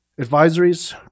Advisories